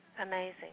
amazing